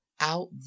out